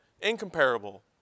Incomparable